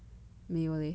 没有 leh